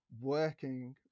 working